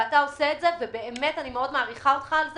אתה עושה את זה ואני מאוד מעריכה אותך על זה.